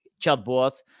chatbots